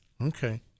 okay